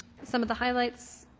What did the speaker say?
some of the highlights,